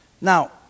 Now